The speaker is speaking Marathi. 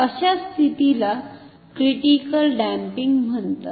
अशा स्थितीला क्रिटिकल डॅम्पिंग म्हणतात